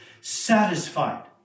satisfied